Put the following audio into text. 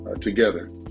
together